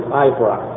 eyebrow